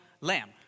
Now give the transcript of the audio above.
lamb